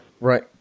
right